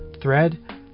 thread